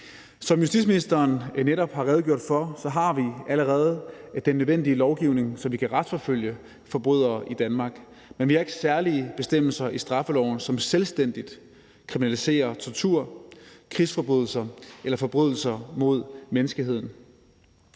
Som justitsministeren netop har redegjort for, har vi allerede den nødvendige lovgivning, så vi kan retsforfølge forbrydere i Danmark, men vi har ikke særlige bestemmelser i straffeloven, som selvstændigt kriminaliserer tortur, krigsforbrydelser eller forbrydelser mod menneskeheden.